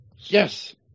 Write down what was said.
Yes